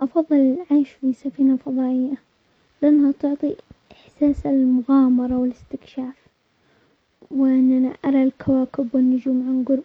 افضل العيش في سفينة فظائية لانها تعطي احساس المغامرة والاستكشاف، وان انا ارى الكواكب والنجوم عن قرب،